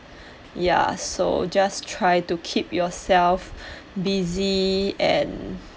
ya so just try to keep yourself busy and